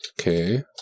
Okay